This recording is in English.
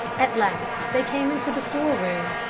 at last they came into the store-room.